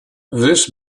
this